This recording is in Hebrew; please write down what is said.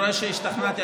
שהשתכנעת.